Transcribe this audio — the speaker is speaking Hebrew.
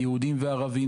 יהודים וערבים,